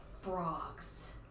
frogs